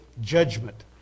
judgment